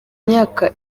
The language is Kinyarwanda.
imyaka